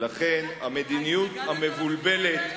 ולכן המדיניות המבולבלת